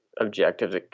objectives